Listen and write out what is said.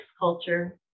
culture